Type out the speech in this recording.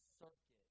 circuit